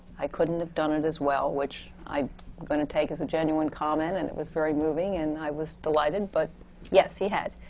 i couldn't have done it as well, which i'm going to take as a genuine comment, and it was very moving and i was delighted. but yes, he had.